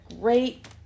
great